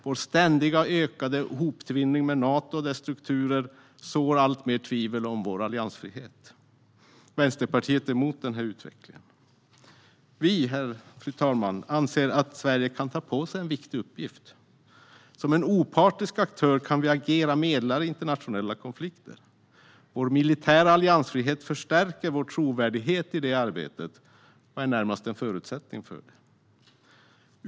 Vår ständigt ökade hoptvinning med Nato och dess strukturer sår alltmer tvivel om vår alliansfrihet. Vänsterpartiet är emot denna utveckling. Vi, fru talman, anser att Sverige kan ta på sig en viktig uppgift. Som opartisk aktör kan vi agera medlare i internationella konflikter. Vår militära alliansfrihet stärker vår trovärdighet i det arbetet och är närmast en förutsättning för detta.